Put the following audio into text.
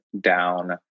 down